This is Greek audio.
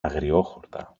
αγριόχορτα